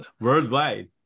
Worldwide